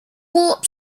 warp